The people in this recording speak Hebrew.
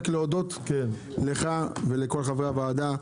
רק להודות לך ולכל חברי הוועדה,